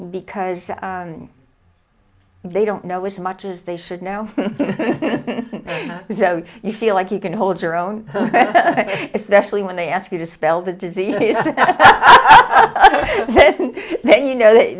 because they don't know as much as they should now so you feel like you can hold your own especially when they ask you to spell the disease then you know that